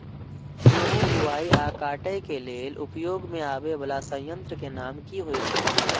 गेहूं बुआई आ काटय केय लेल उपयोग में आबेय वाला संयंत्र के नाम की होय छल?